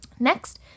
Next